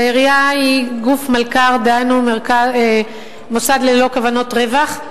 והעירייה היא מלכ"ר, דהיינו מוסד ללא כוונות רווח,